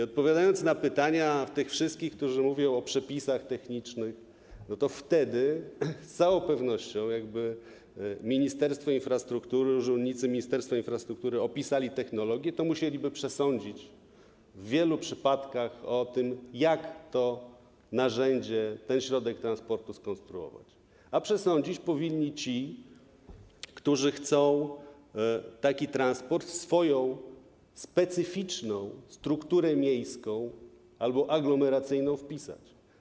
Odpowiadając na pytania tych wszystkich, którzy mówią o przepisach technicznych, wyjaśnię, że wtedy z całą pewnością, gdyby Ministerstwo Infrastruktury, urzędnicy Ministerstwa Infrastruktury opisali technologię, to musieliby przesądzić w wielu przypadkach o tym, jak to narzędzie, ten środek transportu skonstruować, a przesądzić powinni ci, którzy chcą taki transport w swoją specyficzną strukturę miejską albo aglomeracyjną wpisać.